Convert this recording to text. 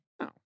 No